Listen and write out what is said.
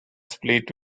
split